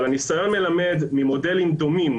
אבל הניסיון מלמד ממודלים דומים